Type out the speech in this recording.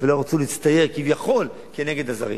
ולא רצו להצטייר כביכול כנגד הזרים.